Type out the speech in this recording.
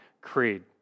creed